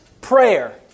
Prayer